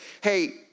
hey